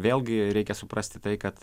vėlgi reikia suprasti tai kad